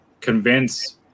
convince